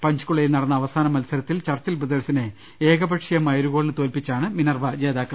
പഞ്ച്കുള യിൽ നടന്ന അവസാന മത്സരത്തിൽ ചർച്ചിൽ ബ്രദേഴ്സിനെ ഏകപ ക്ഷീയമായ ഒരു ഗോളിന് തോൽപ്പിച്ചാണ് മിനർവ ജേതാക്കളായത്